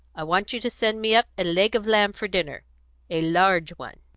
i want you to send me up a leg of lamb for dinner a large one.